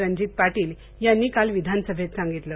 रणजीत पाटील यांनी काल विघानसभेत सांगितलं